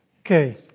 Okay